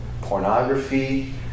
pornography